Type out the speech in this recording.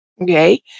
Okay